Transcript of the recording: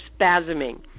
spasming